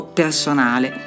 personale